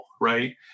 right